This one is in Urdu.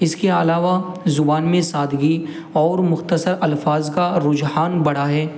اس کے علاوہ زبان میں سادگی اور مختصر الفاظ کا رجحان بڑھا ہے